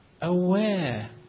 aware